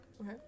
Okay